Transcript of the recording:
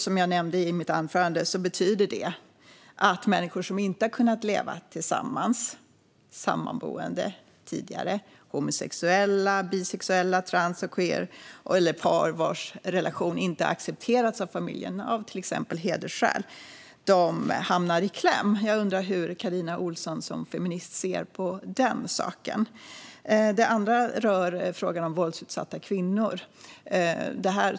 Som jag nämnde i mitt anförande betyder det att människor som inte har kunnat leva tillsammans tidigare - homosexuella, bisexuella, transsexuella, queerpersoner eller par vars relation inte har accepterats av familjerna av till exempel hedersskäl - hamnar i kläm. Jag undrar hur Carina Ohlsson som feminist ser på detta. Den andra frågan rör våldsutsatta kvinnor.